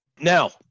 Now